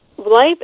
Life